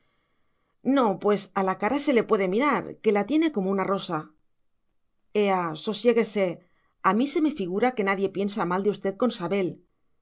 no pues a la cara se le puede mirar que la tiene como una rosa ea sosiéguese a mí se me figura que nadie piensa mal de usted con sabel